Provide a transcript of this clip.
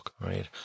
right